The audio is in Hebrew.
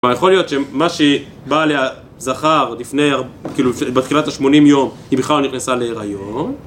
יכול להיות שמה שהיא באה עליה זכר, בתחילת השמונים יום, היא בכלל לא נכנסה להיריון